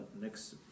next